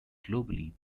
globally